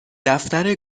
دفتر